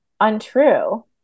untrue